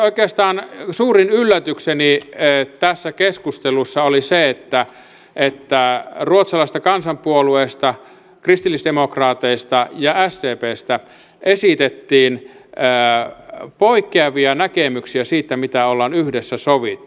oikeastaan suurin yllätykseni tässä keskustelussa oli se että ruotsalaisesta kansanpuolueesta kristillisdemokraateista ja sdpstä esitettiin poikkeavia näkemyksiä siitä mitä ollaan yhdessä sovittu